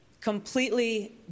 completely